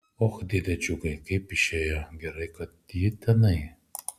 och dėde džiugai kaip išėjo gerai kad ji tenai